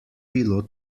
bilo